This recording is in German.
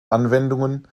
anwendungen